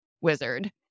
wizard